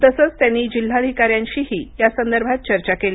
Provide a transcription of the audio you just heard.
तसंच त्यांनी जिल्हाधिकाऱ्यांशीही यासंदर्भात चर्चा केली